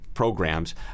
Programs